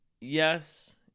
yes